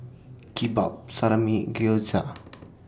Kimbap Salami Gyoza